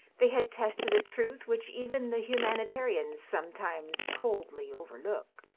they had tested a truth which even the humanitarians sometimes coldly overlook.